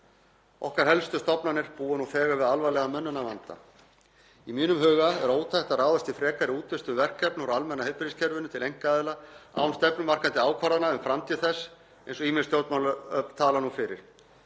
Okkar helstu stofnanir búa nú þegar við alvarlegan mönnunarvanda. Í mínum huga er ótækt að ráðast í frekari útvistun verkefna úr almenna heilbrigðiskerfinu til einkaaðila án stefnumarkandi ákvarðana um framtíð þess eins og ýmis stjórnmálaöfl tala nú fyrir.